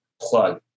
plug